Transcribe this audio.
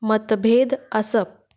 मतभेद आसप